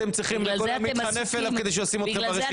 אתם צריכים להתחנף אליו כדי שהוא ישים אתכם ברשימה.